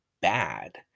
bad